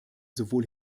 sowohl